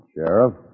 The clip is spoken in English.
Sheriff